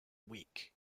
week